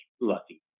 lucky